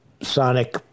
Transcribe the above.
sonic